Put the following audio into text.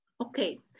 okay